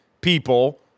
people